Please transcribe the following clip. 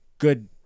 Good